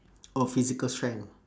oh physical strength ah